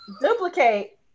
Duplicate